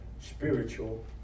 spiritual